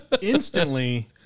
instantly